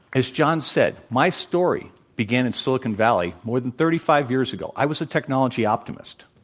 as john said, my story began in silicon valley more than thirty five years ago. i was a technology optimist.